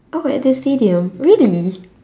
oh at the stadium really